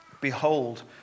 Behold